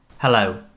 Hello